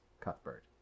Cuthbert